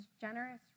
generous